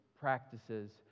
practices